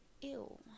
ew